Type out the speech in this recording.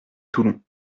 toulon